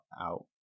out